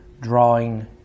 drawing